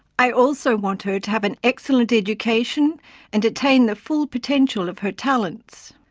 i also want her to have an excellent education and attain the full potential of her talents.